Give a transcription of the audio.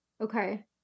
Okay